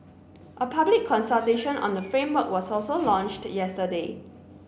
a public consultation on the framework was also launched yesterday